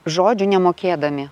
žodžių nemokėdami